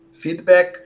feedback